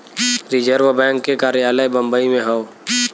reserve bank के कार्यालय बम्बई में हौ